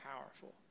powerful